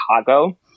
Chicago